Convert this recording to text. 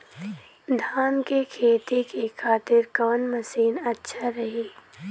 धान के खेती के खातिर कवन मशीन अच्छा रही?